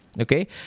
Okay